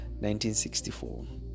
1964